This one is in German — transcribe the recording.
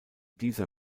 dieser